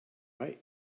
byte